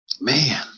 man